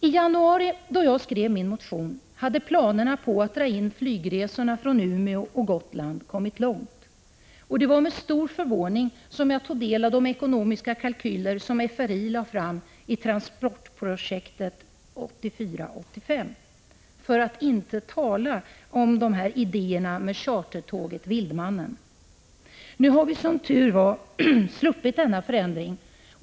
I januari då jag skrev min motion hade man kommit långt i arbetet med planerna på att dra in flygresorna vad gäller Umeå och Gotland. Det var med stor förvåning som jag tog del av de ekonomiska kalkyler som FRI presenterade i ”Transportprojektet 84/85” — för att nu inte tala om idéerna med chartertåget Vildmannen. Nu har vi, som tur är, sluppit en sådan förändring.